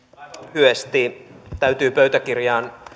lyhyesti täytyy pöytäkirjaan